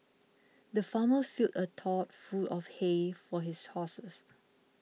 the farmer filled a trough full of hay for his horses